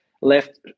Left